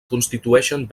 constitueixen